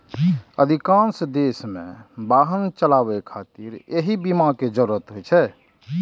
अधिकांश देश मे वाहन चलाबै खातिर एहि बीमा के जरूरत होइ छै